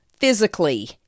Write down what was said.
physically